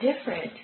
different